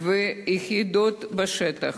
ויחידות השטח